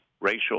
racial